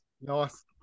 Nice